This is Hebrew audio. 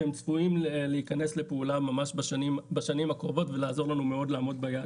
והם צפויים להיכנס לפעולה ממש בשנים הקרובות ולעזור לנו מאוד ביעד